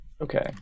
Okay